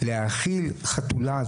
להאכיל חתולה.